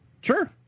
Sure